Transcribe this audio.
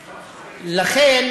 ולכן,